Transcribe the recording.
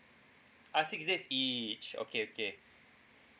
ah six days each okay okay